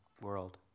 world